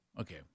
Okay